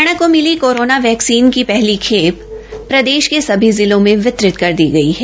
हरियाणा को मिली corona vaccine की हली खे प्रदेश के सभी जिलों में वितरित कर दी गई है